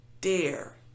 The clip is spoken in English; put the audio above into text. dare